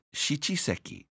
shichiseki